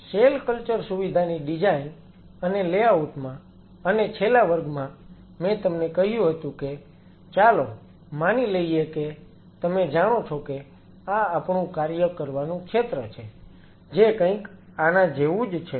cell culture સુવિધાની design અને layout માં અને છેલ્લા વર્ગમાં મેં તમને કહ્યું હતું કે ચાલો માની લઈએ કે તમે જાણો છો કે આ આપણું કાર્ય કરવાનું ક્ષેત્ર છે જે કંઈક આના જેવું જ છે